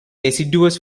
deciduous